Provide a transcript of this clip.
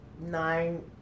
nine